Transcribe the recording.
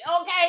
okay